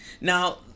Now